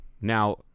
Now